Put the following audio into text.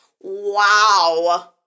wow